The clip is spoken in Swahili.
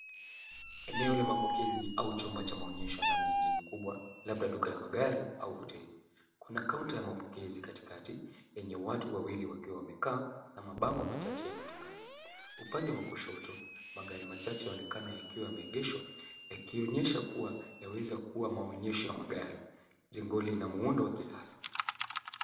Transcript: Eneo la mapokezi au chumba cha maonyesho ndani ya jengo kubwa, labda duka la magari au hoteli. Kuna kaunta ya mapokezi katikati enye watu wawili wakiwa wamekaa na mabango machache ya matangazo. Upande wa ushoto, magari machache yaonekana yakiwa yameegeshwa, yakionyesha kuwa yanaweza kuwa maonyesho ya magari. Jengo lina muundo wa kisasa.